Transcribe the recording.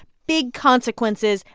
big consequences,